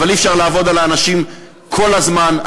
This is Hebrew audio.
אבל אי-אפשר לעבוד על כל האנשים כל הזמן.